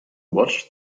watched